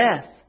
death